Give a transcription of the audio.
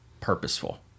purposeful